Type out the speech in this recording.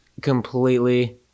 completely